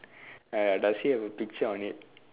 uh does he have a picture on it